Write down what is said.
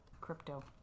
crypto